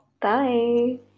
Bye